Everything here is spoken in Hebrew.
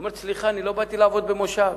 היא אומרת: סליחה, לא באתי לעבוד במושב,